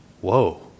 Whoa